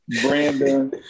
Brandon